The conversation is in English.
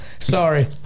sorry